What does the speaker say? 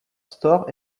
store